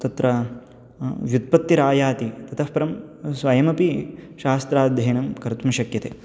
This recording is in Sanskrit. तत्र व्युत्पत्तिरायाति ततःपरं स्वयमपि शास्त्राध्ययनं कर्तुं शक्यते